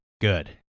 Good